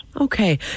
Okay